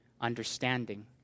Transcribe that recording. understanding